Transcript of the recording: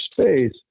space